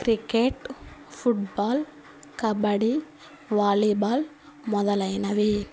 cricket football kabaddi volleyball మొదలైనవి